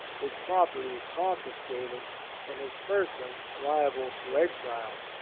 his prop erty is confiscated and his person liable to exile.